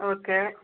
okay